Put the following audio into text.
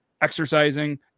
exercising